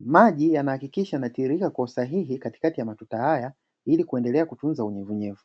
maji yanahakikisha yanatiririka kwa usahihi katikati ya matuta haya ili kuendelea kutunza unyevunyevu.